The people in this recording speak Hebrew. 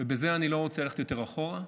ובזה אני לא רוצה ללכת יותר אחורה,